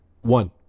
one